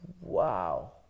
wow